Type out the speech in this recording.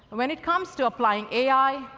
when it comes to applying ai,